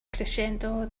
crescendo